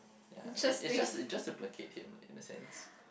yeah it's just it's just to placate him in a sense